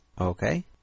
Okay